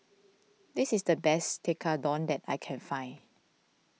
this is the best Tekkadon that I can find